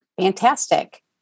Fantastic